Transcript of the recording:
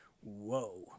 whoa